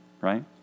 right